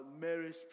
mary's